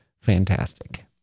fantastic